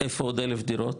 איפה עוד אלף דירות?